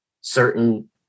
certain